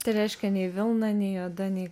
tai reiškia nei vilna nei juoda nei